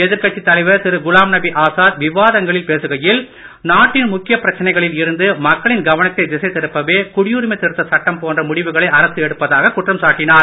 எதிர்கட்சித் தலைவர் திருகுலாம்நபி ஆசாத் விவாதங்களில் பேசுகையில் நாட்டின் முக்கிய பிரச்சனைகளில் இருந்து மக்களின் கவனத்தை திசை திருப்பவே குடியுரிமை திருத்த சட்டம் போன்ற முடிவுகளை அரசு எடுப்பதாக குற்றம் சாட்டினார்